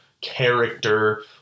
character